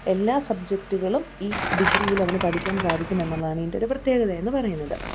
എല്ലാ സബ്ജക്ടുകളും ഈ ഡിഗ്രിയിൽ അവന് പഠിക്കാൻ സാധിക്കും എന്നുള്ളതാണ് ഇതിൻ്റെ ഒരു പ്രത്യേകത എന്ന് പറയുന്നത്